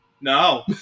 no